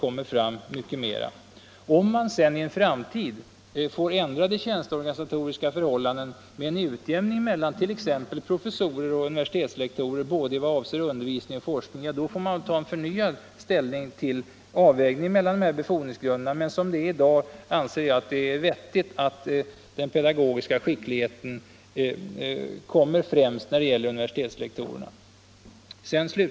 Om man sedan i en framtid får ändrade tjänsteorganisatoriska förhållanden med en utjämning mellan t.ex. professorer och universitetslektorer vad avser både undervisning och forskning, får man väl göra en förnyad prövning av avvägningen mellan dessa befordringsgrunder. Men som det är i dag anser jag att det är vettigt att den pedagogiska skickligheten sätts i främsta rummet när det gäller universitetslektorerna.